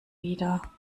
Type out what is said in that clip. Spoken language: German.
wieder